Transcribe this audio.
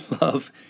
Love